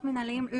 מנהליים,